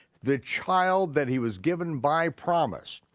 the child that he was given by promise.